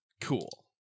Cool